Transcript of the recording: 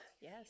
Yes